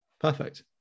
perfect